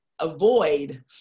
avoid